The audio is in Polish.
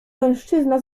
mężczyzna